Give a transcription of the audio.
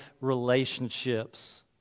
relationships